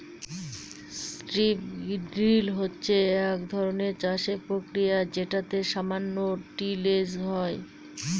strip drill হচ্ছে এক ধরনের চাষের প্রক্রিয়া যেটাতে সামান্য টিলেজ হয়